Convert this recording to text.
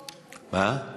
מה?